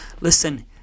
Listen